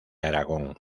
aragón